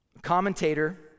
Commentator